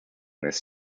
this